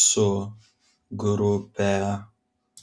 su grupe